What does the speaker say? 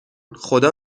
خدا